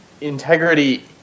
integrity